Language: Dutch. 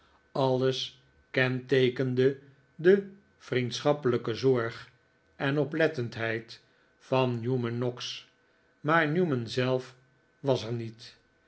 alles kenteekende de vriendschappelijke zorg en oplettendheid van newman noggs maar newman zelf was er niet